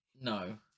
No